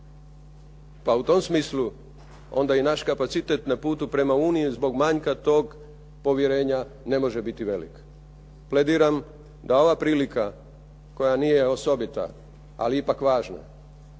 Pa u tom smislu onda i naš kapacitet na putu prema Uniji zbog manjka tog povjerenja ne može biti velik. Plediram da ova prilika koja nije osobita ali ipak važna